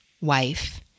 wife